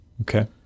Okay